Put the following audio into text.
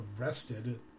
arrested